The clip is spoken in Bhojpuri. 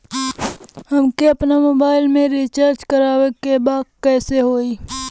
हमके आपन मोबाइल मे रिचार्ज करे के बा कैसे होई?